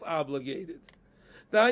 obligated